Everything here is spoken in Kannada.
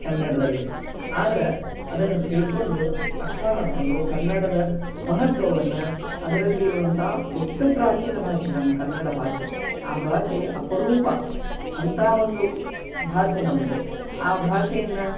ಕನ್ನಡದಲ್ಲಿ ಆದ್ರೆ ಅದನ್ನು ತಿಳಕೊಂಡು ಅರ್ಥ ಮಾಡಿಕೊಂಡು ಕನ್ನಡದ ಮಹತ್ವವನ್ನು ಅದರಲ್ಲಿರುವಂತ ಎಷ್ಟು ಪ್ರಾಚೀನ ಭಾಷೆ ನಮ್ಮ ಕನ್ನಡ ಭಾಷೆ ಆ ಭಾಷೆ ಅಪರೂಪ ಅಂಥ ಒಂದು ಭಾಷೆ ನಮ್ಮದು ಭಾಷೆಯನ್ನು